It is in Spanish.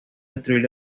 destruir